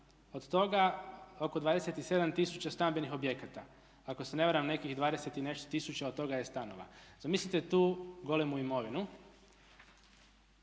od toga oko 27000 stambenih objekata. Ako se ne varam nekih 20 i nešto tisuća od toga je stanova. Zamislite tu golemu imovinu